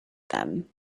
them